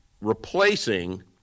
replacing